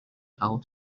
out